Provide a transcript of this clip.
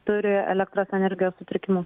turi elektros energijos sutrikimų